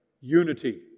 Unity